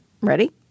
Ready